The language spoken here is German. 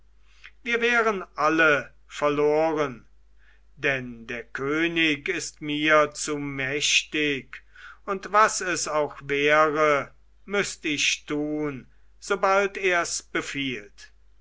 wir wären alle verloren denn der könig ist mir zu mächtig und was es auch wäre müßt ich tun sobald ers befiehlt